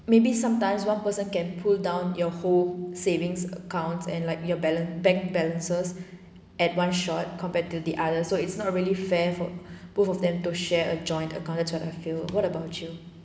maybe sometimes one person can pull down your home savings accounts and like your balance bank balances at one shot compared to the other so it's not really fair for both of them to share a joint account that's what I feel what about you